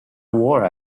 war